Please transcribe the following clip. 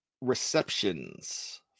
receptions